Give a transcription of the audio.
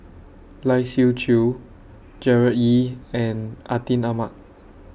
Lai Siu Chiu Gerard Ee and Atin Amat